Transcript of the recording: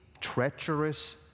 treacherous